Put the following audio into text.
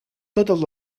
totes